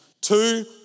Two